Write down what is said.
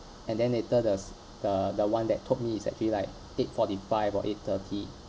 and then later the s~ the the one that told me it's actually like eight forty five or eight thirty